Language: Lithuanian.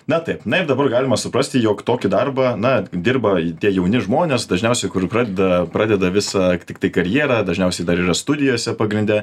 na taip na ir dabar galima suprasti jog tokį darbą na dirba tie jauni žmonės dažniausiai kur pradeda pradeda visą tiktai karjerą dažniausiai dar yra studijose pagrinde